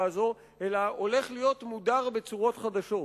הזאת אלא הולך להיות מודר בצורות חדשות.